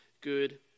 good